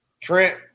Trent